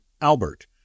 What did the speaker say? Albert